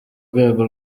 rwego